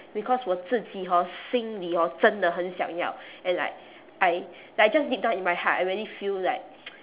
because 我自己 hor 心里 hor 真的很想要 and like I like just deep down in my heart I really feel like